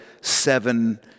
seven